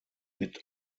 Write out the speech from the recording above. mit